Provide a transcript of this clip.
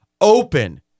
open